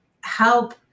help